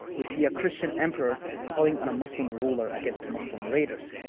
we see a christian emperor calling on a muslim ruler against muslim raiders.